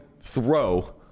throw